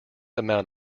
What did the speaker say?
amount